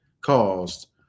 caused